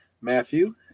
Matthew